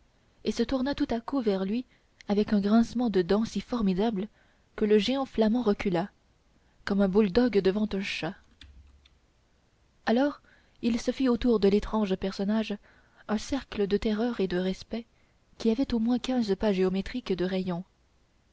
et se tourna tout à coup vers lui avec un grincement de dents si formidable que le géant flamand recula comme un bouledogue devant un chat alors il se fit autour de l'étrange personnage un cercle de terreur et de respect qui avait au moins quinze pas géométriques de rayon